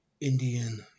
Indian